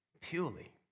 purely